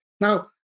now